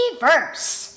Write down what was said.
verse